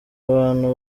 bantu